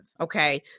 okay